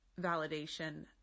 validation